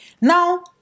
now